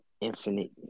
infinite